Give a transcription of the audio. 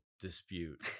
dispute